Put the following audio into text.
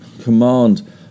command